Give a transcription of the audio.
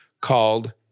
called